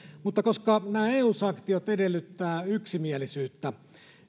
mutta koska nämä eu sanktiot edellyttävät yksimielisyyttä